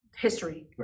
history